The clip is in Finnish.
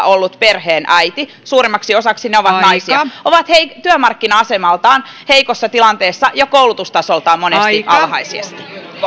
olleet perheenäidit suurimmaksi osaksi he ovat naisia ovat työmarkkina asemaltaan heikossa tilanteessa ja koulutustasoltaan monesti alhaisesti koulutettuja